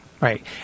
right